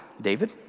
David